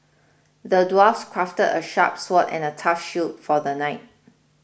the dwarf crafted a sharp sword and a tough shield for the knight